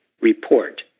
report